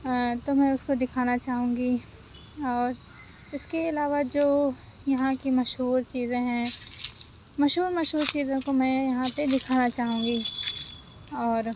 تو میں اُس کو دکھانا چاہوں گی اور اِس کے علاوہ جو یہاں کی مشہور چیزیں ہیں مشہور مشہور چیزوں کو میں یہاں پہ دکھانا چاہوں گی اور